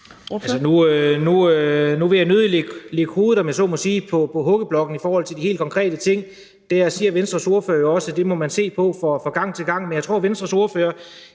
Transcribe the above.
Nu vil jeg nødig lægge, om jeg så må sige, hovedet på huggeblokken i forhold til de helt konkrete ting. Der siger Venstres ordfører jo også, at det må man se på fra gang til gang. Men jeg tror, at Venstres ordfører